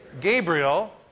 Gabriel